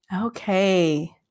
Okay